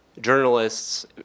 journalists